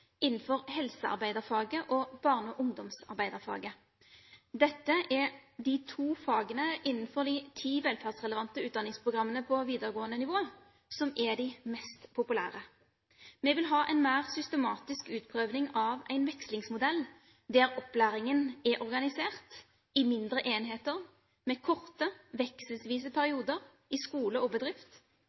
innenfor helsearbeiderfaget og barne- og ungdomsarbeiderfaget. Dette er de to fagene innenfor de ti velferdsrelevante utdanningsprogrammene på videregående nivå som er de mest populære. Vi vil ha en mer systematisk utprøving av en vekslingsmodell der opplæringen er organisert i mindre enheter med korte, vekselvise perioder i skole og bedrift.